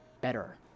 better